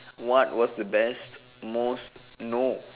what was the best most no